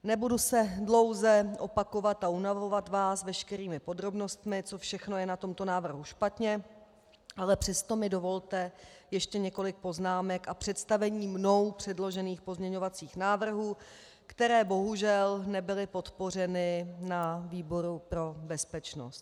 Nebudu se dlouze opakovat a unavovat vás veškerými podrobnostmi, co všechno je na tomto návrhu špatně, ale přesto mi dovolte ještě několik poznámek a představení mnou předložených pozměňovacích návrhů, které bohužel nebyly podpořeny na výboru pro bezpečnost.